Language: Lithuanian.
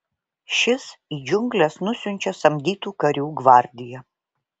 šis į džiungles nusiunčia samdytų karių gvardiją